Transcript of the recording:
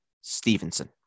Stevenson